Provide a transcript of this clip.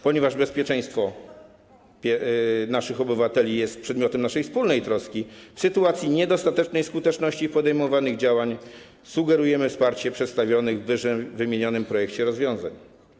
Ponieważ bezpieczeństwo naszych obywateli jest przedmiotem naszej wspólnej troski, w sytuacji niedostatecznej skuteczności podejmowanych działań sugerujemy wsparcie przedstawionych w ww. projekcie rozwiązań.